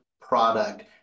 product